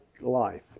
life